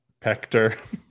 pector